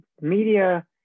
Media